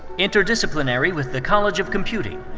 interdisciplinary with the college of computing,